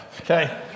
Okay